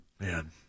Man